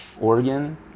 Oregon